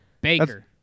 Baker